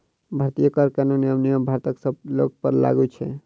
भारतीय कर कानून एवं नियम भारतक सब लोकपर लागू छै